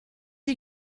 you